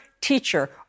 Teacher